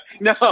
No